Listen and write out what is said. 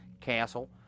castle